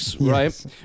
right